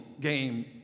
game